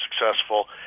successful